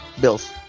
Bills